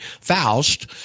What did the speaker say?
Faust